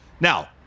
Now